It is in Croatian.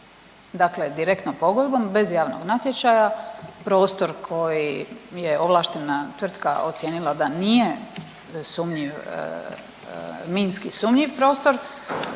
dakle direktnom pogodbom bez javnog natječaja prostor koji je ovlaštena tvrtka ocijenila da nije sumnjiv, minski sumnjiv prostor